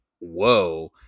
whoa